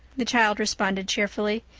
the child responded cheerfully.